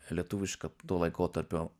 lietuviška to laikotarpio